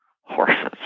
horses